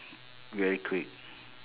very quick